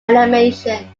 animation